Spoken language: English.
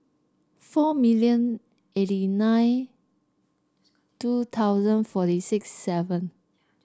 four million eighty nine two thousand forty six seven